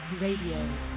Radio